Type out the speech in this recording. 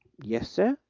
yes, sir.